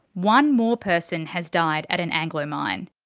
one more person has died at an anglo mine.